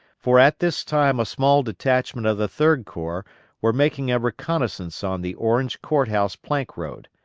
for at this time a small detachment of the third corps were making a reconnoissance on the orange court house plank road,